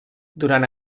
durant